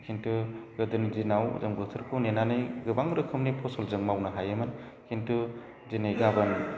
खिन्थु गोदोनि दिनाव जों बोथोरखौ नेनानै गोबां रोखोमनि फसल जों मावनो हायोमोन खिन्थु दिनै गाबोन